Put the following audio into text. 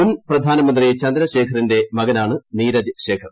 മുൻ പ്രധാനമന്ത്രി ചന്ദ്ര ശേഖറിന്റെ മകനാണ് നീരജ് ശേഖർ